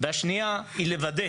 והשנייה, לוודא